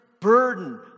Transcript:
burden